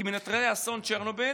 כשהיא הכירה במנטרלי אסון צ'רנוביל